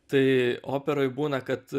tai operoj būna kad